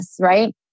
right